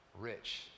rich